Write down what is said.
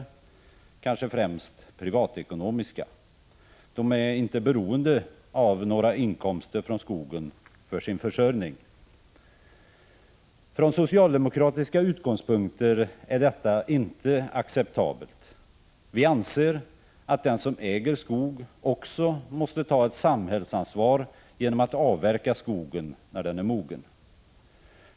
Det kanske främst är privatekonomiska skäl — de är inte beroende av några inkomster från skogen för sin försörjning. Från socialdemokratiska utgångspunkter är detta inte acceptabelt. Vi anser att den som äger skog också måste ta ett samhällsansvar genom att avverka skogen när den är mogen.